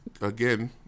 again